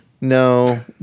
No